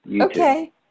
Okay